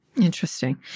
Interesting